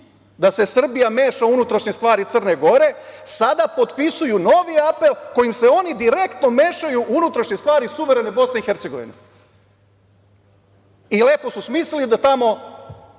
da se Srbija meša u unutrašnje stvari Crne Gore, sada potpisuju novi apel, kojim se oni direktno mešaju u unutrašnje stvari suverene BiH. Lepo su smislili da tamo